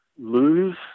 lose